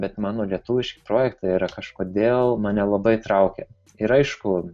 bet mano lietuviški projektai yra kažkodėl mane labai traukia ir aišku